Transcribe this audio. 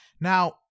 Now